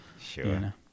Sure